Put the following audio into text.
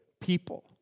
people